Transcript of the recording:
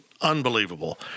unbelievable